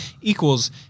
equals